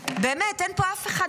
באמת אין פה אף אחד,